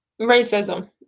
racism